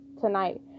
tonight